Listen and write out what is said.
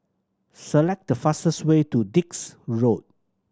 select the fastest way to Dix Road